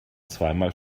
zweimal